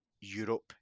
Europe